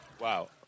Wow